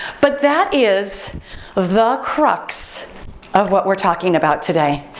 but that is the crux of what we're talking about today.